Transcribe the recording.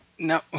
No